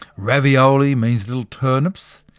ravioli means little turnips,